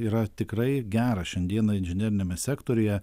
yra tikrai geras šiandieną inžineriniame sektoriuje